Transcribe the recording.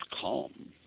calm